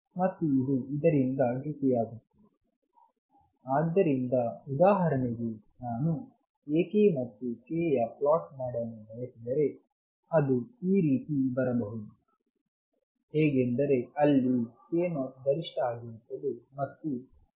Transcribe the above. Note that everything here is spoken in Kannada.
ಮತ್ತು ಇದು ಇದರಿಂದ ಡಿಕೆ ಆಗುತ್ತದೆ ಆದ್ದರಿಂದ ಉದಾಹರಣೆಗೆ ನಾನು Ak ಮತ್ತು k ಯ ಪ್ಲಾಟ್ ಮಾಡಲು ಬಯಸಿದರೆ ಅದು ಈ ರೀತಿ ಬರಬಹುದು ಹೇಗೆಂದರೆ ಅಲ್ಲಿ ko ಗರಿಷ್ಠ ಆಗಿರುತ್ತದೆ ಮತ್ತು ಡಿಕೆ ಆಗುತ್ತದೆ